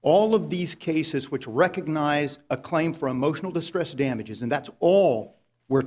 all of these cases which recognize a claim for a motion of distress damages and that's all we're